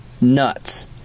nuts